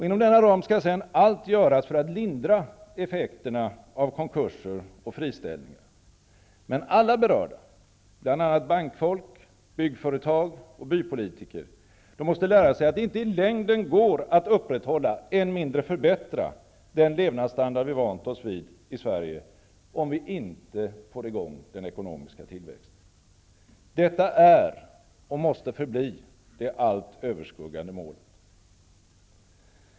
Inom denna ram skall sedan allt göras för att lindra effekterna av konkurser och friställningar. Men alla berörda -- bl.a. bankfolk, byggföretag och bypolitiker -- måste lära sig att det inte i längden går att upprätthålla, och än mindre förbättra, den levnadsstandard vi vant oss vid i Sverige om vi inte får i gång den ekonomiska tillväxten. Detta är och måste förbli det allt överskuggande målet.